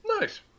Nice